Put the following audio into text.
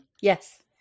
Yes